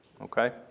okay